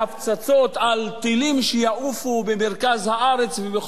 על טילים שיעופו במרכז הארץ ובכל רחבי הארץ.